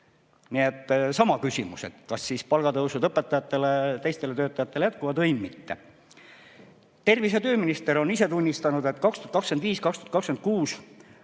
Sama küsimus, et kas siis palgatõusud õpetajatele ja teistele töötajatele jätkuvad või mitte. Tervise‑ ja tööminister on ise tunnistanud, et 2025–2026